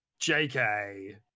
JK